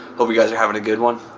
hope you guys are having a good one.